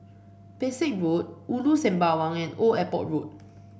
Pesek Road Ulu Sembawang and Old Airport Road